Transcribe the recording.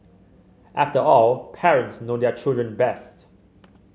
after all parents know their children best